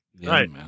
right